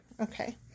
Okay